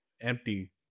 empty